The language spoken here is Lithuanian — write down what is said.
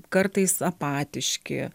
kartais apatiški